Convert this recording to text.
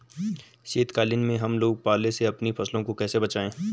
शीतकालीन में हम लोग पाले से अपनी फसलों को कैसे बचाएं?